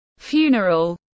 funeral